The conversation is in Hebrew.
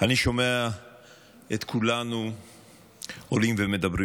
אני שומע את כולנו עולים ומדברים,